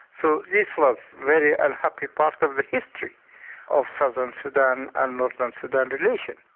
so this was very unhappy part of the history of southern sudan and northern sudan relations.